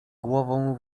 głową